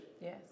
Yes